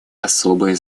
особое